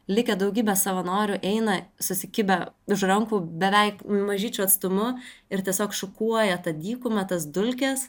likę daugybė savanorių eina susikibę už rankų beveik mažyčiu atstumu ir tiesiog šukuoja tą dykumą tas dulkes